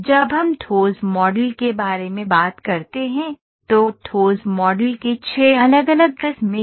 जब हम ठोस मॉडल के बारे में बात करते हैं तो ठोस मॉडल की 6 अलग अलग किस्में हैं